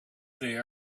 they